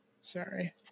Sorry